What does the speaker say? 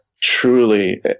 truly